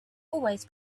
always